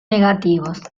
negativos